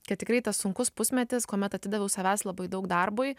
kad tikrai tas sunkus pusmetis kuomet atidaviau savęs labai daug darbui